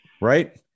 Right